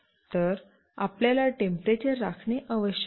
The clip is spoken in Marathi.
तर आपल्याला टेम्परेचर राखणे आवश्यक आहे